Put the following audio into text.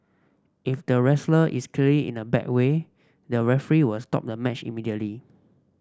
if the wrestler is clear in a bad way the referee were stop the match immediately